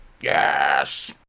yes